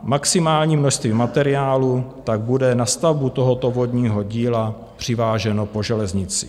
Maximální množství materiálu tak bude na stavbu tohoto vodního díla přiváženo po železnici.